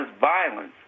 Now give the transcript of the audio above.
violence